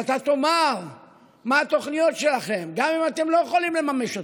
שאתה תאמר מהן התוכניות שלכם גם אם אתם לא יכולים לממש אותן.